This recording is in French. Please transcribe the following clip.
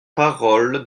parole